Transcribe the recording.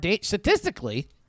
statistically